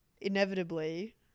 inevitably